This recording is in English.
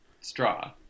straw